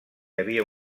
havia